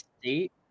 State